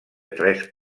tres